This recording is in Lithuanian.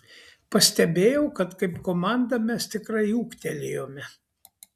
pastebėjau kad kaip komanda mes tikrai ūgtelėjome